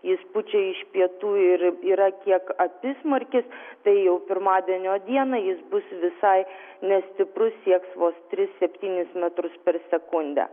jis pučia iš pietų ir yra kiek apysmarkis tai jau pirmadienio dieną jis bus visai nestiprus sieks vos tris septynis metrus per sekundę